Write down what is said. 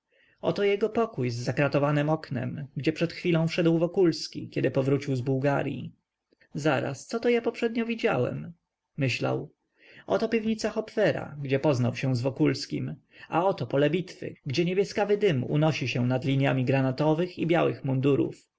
oto jego pokój z zakratowanem oknem gdzie przed chwilą wszedł wokulski kiedy powrócił z bułgaryi zaraz co to ja poprzednio widziałem myślał oto piwnica hopfera gdzie poznał się z wokulskim a oto pole bitwy gdzie niebieskawy dym unosi się nad liniami granatowych i białych mundurów